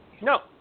No